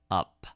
up